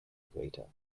equator